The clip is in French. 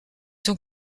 son